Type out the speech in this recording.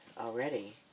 already